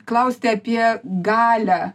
klausti apie galią